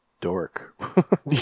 dork